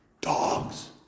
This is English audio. Dogs